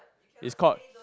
is called